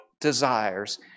desires